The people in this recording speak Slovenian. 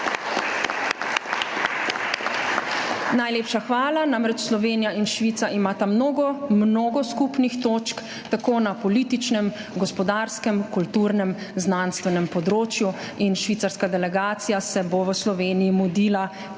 Najlepša hvala. Slovenija in Švica imata namreč mnogo, mnogo skupnih točk tako na političnem, gospodarskem, kulturnem kot tudi znanstvenem področju. Švicarska delegacija se bo v Sloveniji mudila